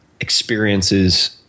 experiences